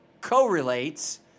correlates